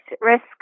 risk